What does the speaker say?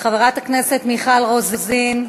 חברת הכנסת מיכל רוזין,